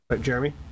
Jeremy